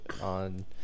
on